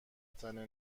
ختنه